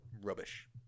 rubbish